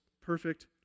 perfect